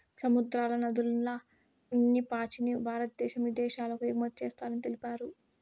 సముద్రాల, నదుల్ల ఉన్ని పాచిని భారద్దేశం ఇదేశాలకు ఎగుమతి చేస్తారని తెలిపారు